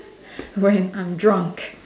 when I'm drunk